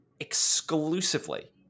exclusively